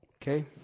Okay